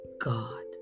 God